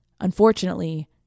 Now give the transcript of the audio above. Unfortunately